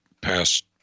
past